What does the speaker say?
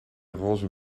roze